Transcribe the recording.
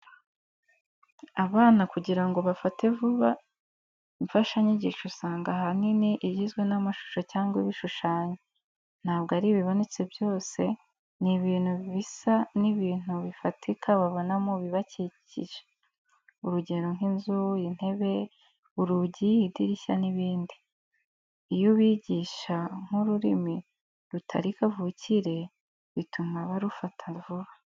Abana kugira ngo bafate vuba, imfashanyigisho usanga ahanini igizwe n'amashusho cyangwa ibishushanyo. Ntabwo ari ibibonetse byose, ni ibiba bisa n'ibintu bifatika babona mu bibakikije. Urugero nk'inzu, intebe, urugi, idirishya n'ibindi. Iyo ubigisha nk'ururimi rutari kavukire, bituma barufata vuba.